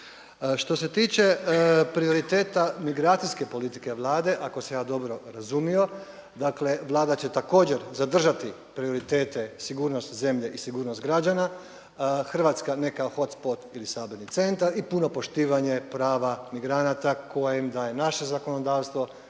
Što se tiče prioriteta migracijske politike Vlade, ako sam ja dobro razumio dakle Vlada će također zadržati prioritete sigurnosti zemlje i sigurnost građana. Hrvatska ne kao hotspot ili saborni centar i puno poštivanje prava migranata koje im daje naše zakonodavstvo,